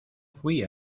fuí